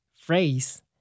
phrase